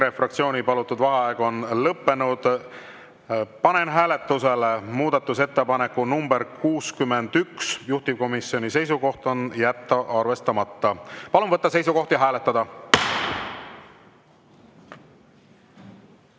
fraktsiooni palutud vaheaeg on lõppenud. Panen hääletusele muudatusettepaneku nr 61. Juhtivkomisjoni seisukoht on jätta arvestamata. Palun võtta seisukoht ja hääletada!